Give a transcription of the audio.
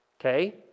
okay